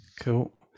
Cool